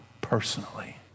personally